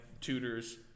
Tutor's